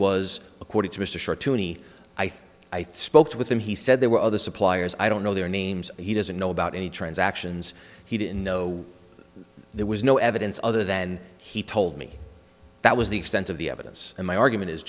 was according to mr short to me i think i spoke with him he said there were other suppliers i don't know their names he doesn't know about any transactions he didn't know there was no evidence other than he told me that was the extent of the evidence and my argument is